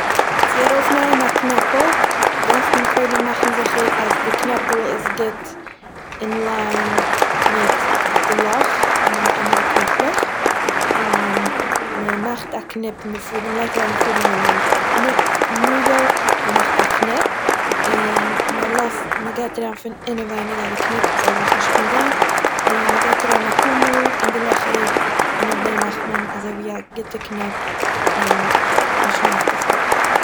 צו ארויפנייען א קנעפל, דארף מען קודם מאכן זיכער אז די קנעפל איז גוט אין ליין מיט די אנדערע קנעפלעך, מען מאכט א קניפ אין די פאדים, מען לייגט אריין די פאדים אין די נא- נאדל, מען מאכט א קניפ, און מ'לאזט- מ'גייט אריין פון אינעווייניג אז די קניפ זאל זיך נישט אנזעהן, און מ'גייט אריין א פאר מאל אין די לעכער, און נאכדעם מאכט מען אזויווי א גוטע קניפ און מ'שניידט עס אפ